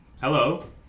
Hello